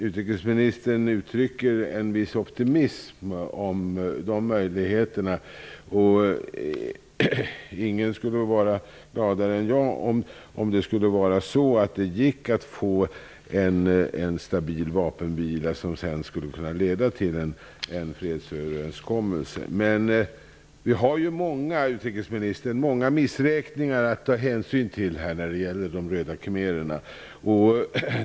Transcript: Utrikesministern uttrycker en viss optimism om de möjligheterna, och ingen skulle vara gladare än jag om det gick att få en stabil vapenvila, som sedan kunde leda till en fredsöverenskommelse. Men vi har ju många missräkningar att ta hänsyn till när det gäller Röda khmererna.